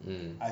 mm